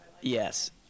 Yes